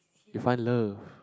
if find love